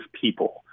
people